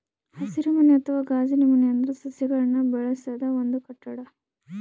ಹಸಿರುಮನೆ ಅಥವಾ ಗಾಜಿನಮನೆ ಅಂದ್ರ ಸಸಿಗಳನ್ನ್ ಬೆಳಸದ್ ಒಂದ್ ಕಟ್ಟಡ